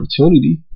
opportunity